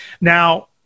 Now